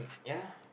ya